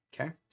Okay